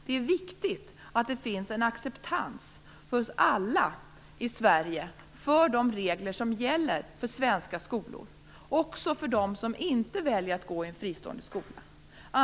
Det är viktigt att det finns en acceptans hos alla i Sverige för de regler som gäller för svenska skolor, också hos dem som väljer att inte gå i en fristående skola.